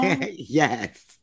Yes